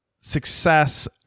success